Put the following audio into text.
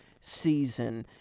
season